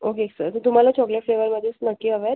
okay sir तर तुम्हाला chocolate फ्लेवरमध्येच नक्की हवा आहे